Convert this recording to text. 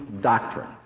doctrine